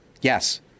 Yes